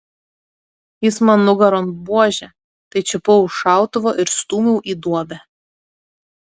jis man nugaron buože tai čiupau už šautuvo ir stūmiau į duobę